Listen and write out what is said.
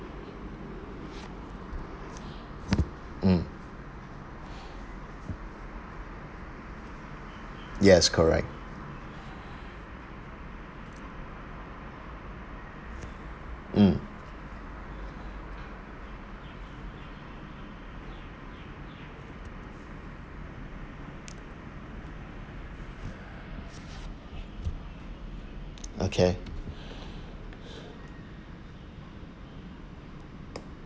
mm yes correct mm okay